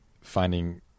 finding